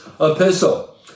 epistle